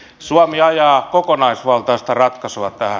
suomi ajaa kokonaisvaltaista ratkaisua tähän